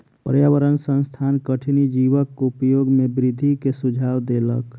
पर्यावरण संस्थान कठिनी जीवक उपयोग में वृद्धि के सुझाव देलक